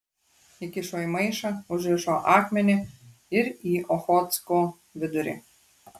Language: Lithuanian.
įkišo į maišą užrišo akmenį ir į ochotsko vidurį